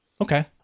Okay